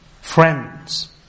friends